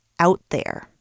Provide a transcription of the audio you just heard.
OUTTHERE